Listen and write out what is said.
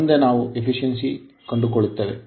ಮುಂದೆ ನಾವು effiiency ದಕ್ಷತೆಯನ್ನು ಕಂಡುಕೊಳ್ಳುತ್ತೇವೆ